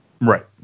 Right